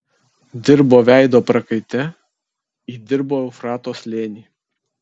dirbo veido prakaite įdirbo eufrato slėnį